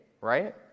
right